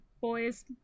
boys